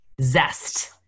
zest